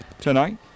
tonight